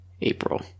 April